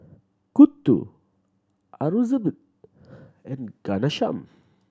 Gouthu Aurangzeb and Ghanshyam